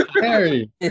Harry